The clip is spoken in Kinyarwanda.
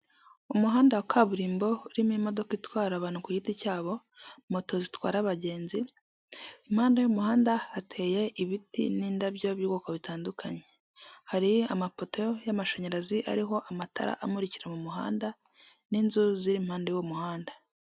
Umuhanda wa kaburimbo urimo imodoka itwara abantu ku giti cyabo, moto zitwara abagenzi, impande y'umuhanda hateye ibiti n'indabyo by'ubwoko bitandukanye, hari amapoto y'amashanyarazi ariho amatara amuririka mu muhanda n'inzu ziri impande y'uwo muhanda.